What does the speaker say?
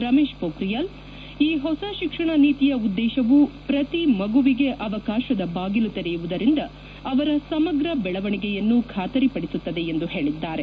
ರಮೇಶ್ ಪೋಖ್ರಿಯಾಲ್ ಈ ಹೊಸ ಶಿಕ್ಷಣ ನೀತಿಯ ಉದ್ದೇಶವು ಪ್ರತಿ ಮಗುವಿಗೆ ಅವಕಾಶದ ಬಾಗಿಲು ಶೆರೆಯುವುದರಿಂದ ಅವರ ಸಮಗ್ರ ಬೆಳವಣಿಗೆಯನ್ನು ಖಾತರಿಪಡಿಸುತ್ತದೆ ಎಂದು ಹೇಳಿದ್ದಾರೆ